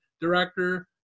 director